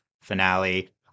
finale